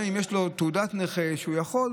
גם אם יש לו תעודת נכה שהוא יכול,